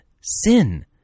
sin